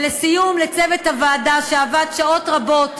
ולסיום, לצוות הוועדה שעבד שעות רבות,